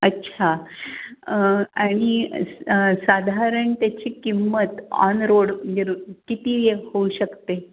अच्छा आणि साधारण त्याची किंमत ऑनरोड म्हणजे किती होऊ शकते